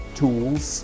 tools